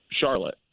Charlotte